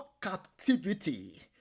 captivity